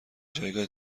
جایگاه